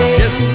yes